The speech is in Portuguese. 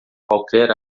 qualquer